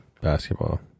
basketball